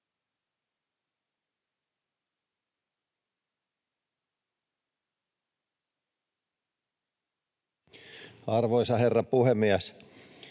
Arvoisa herra puhemies!